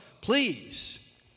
please